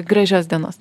gražios dienos